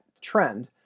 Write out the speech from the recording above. trend